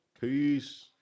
Peace